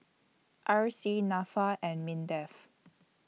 R C Nafa and Mindef